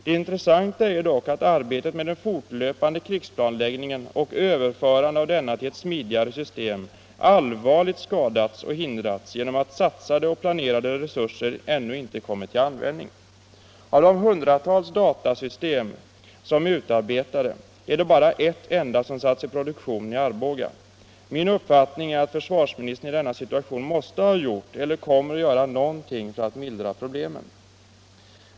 Det intressanta är dock att arbetet med den fortlöpande krigsplanläggningen och överförande av denna till ett smidigare system allvarligt skadats och hindrats genom att satsade och planerade resurser ännu inte kommit till användning. Av de hundratals datasystem som är utarbetade är det bara ett enda som satts i produktion i Arboga. Min uppfattning är att försvarsministern i denna situation måste ha gjort eller kommer att göra någonting för att mildra problemen.